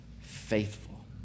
faithful